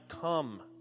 Come